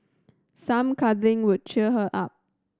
some cuddling would cheer her up